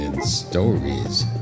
stories